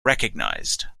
recognized